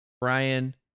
Brian